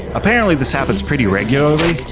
apparently, this happens pretty regularly,